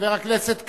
חבר הכנסת כץ,